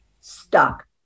stuck